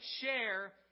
Share